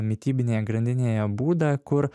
mitybinėje grandinėje būdą kur